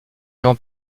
jean